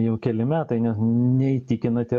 jau keli metai ne neįtikinat ir